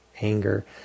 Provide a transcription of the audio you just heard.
anger